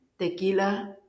Tequila